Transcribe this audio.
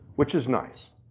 which is nice,